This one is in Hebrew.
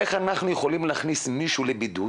איך אנחנו יכולים להכניס מישהו לבידוד